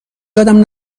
یادم